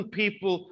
people